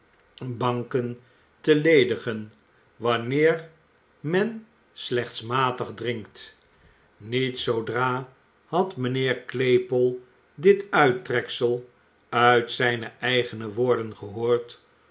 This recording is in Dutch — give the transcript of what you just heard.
hen te ledigen wanneer men slechts matig drinkt niet zoodra had mijnheer claypole dit uittreksel uit zijne eigene woorden gehoord